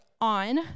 on